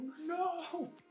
No